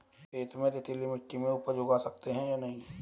खेत में रेतीली मिटी में उपज उगा सकते हैं या नहीं?